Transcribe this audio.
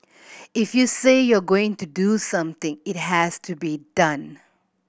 if you say you are going to do something it has to be done